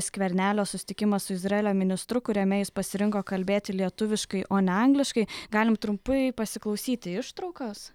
skvernelio susitikimas su izraelio ministru kuriame jis pasirinko kalbėti lietuviškai o ne angliškai galim trumpai pasiklausyti ištraukos